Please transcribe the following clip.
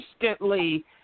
instantly